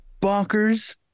bonkers